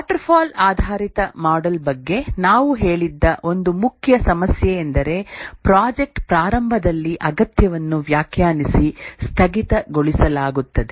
waterfall ಆಧಾರಿತ model ಬಗ್ಗೆ ನಾವು ಹೇಳಿದ್ದ ಒಂದು ಮುಖ್ಯ ಸಮಸ್ಯೆ ಎಂದರೆ ಪ್ರಾಜೆಕ್ಟ್ ಪ್ರಾರಂಭದಲ್ಲಿ ಅಗತ್ಯವನ್ನು ವ್ಯಾಖ್ಯಾನಿಸಿ ಸ್ಥಗಿತಗೊಳಿಸಲಾಗುತ್ತದೆ